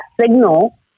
signal